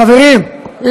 חברים,